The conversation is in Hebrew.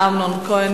אמנון כהן.